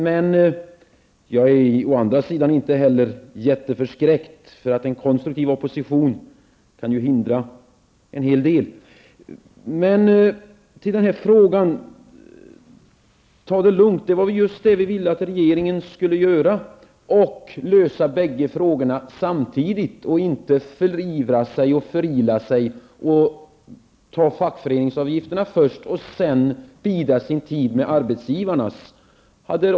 Men jag är inte heller jätteförskräckt, för en konstruktiv oppostion kan hindra en hel del. Men att ta det lugnt var just vad vi ville att regeringen skulle göra och lösa båda frågorna samtidigt, inte förivra sig och förila sig genom att ta fackföreningsavgifterna först och sedan bida sin tid med arbetsgivarnas avgifter.